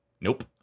Nope